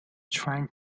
trying